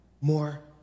More